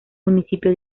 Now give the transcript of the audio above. municipio